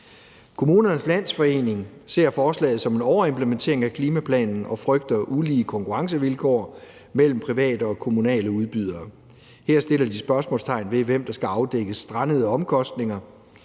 Kommunernes Landsforening ser forslaget som en overimplementering af klimaplanen og frygter ulige konkurrencevilkår mellem private og kommunale udbydere. Her stiller de spørgsmål om, hvem der skal afdække strandede omkostninger